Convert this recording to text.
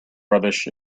rubbish